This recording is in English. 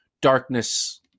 darkness